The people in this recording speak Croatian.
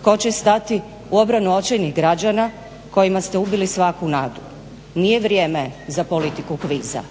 tko će stati u obranu očajnih građana kojima ste ubili svaku nadu. Nije vrijeme za politiku kviza,